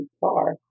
far